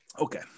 okay